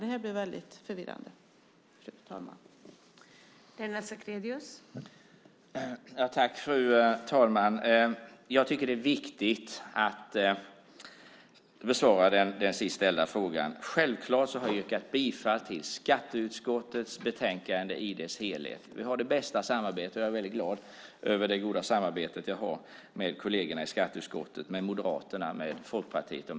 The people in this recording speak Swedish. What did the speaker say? Det här blir väldigt förvirrande, fru talman.